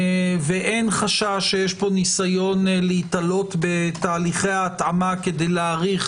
ואין חשש שיש פה ניסיון להיתלות בתהליכי התאמה כדי להאריך